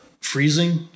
freezing